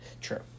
True